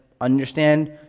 understand